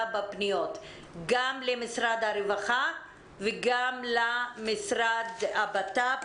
בפניות גם למשרד הרווחה וגם למשרד הבט"פ